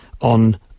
on